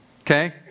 Okay